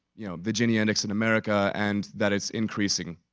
you know, the gini index in america and that it's increasing.